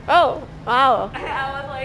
oh !wow!